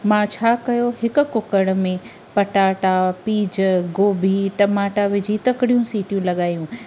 मां छा कयो हिकु कूकर में पटाटा पीज गोभी टमाटा विझी तकड़ियूं सीटियूं लॻाइयूं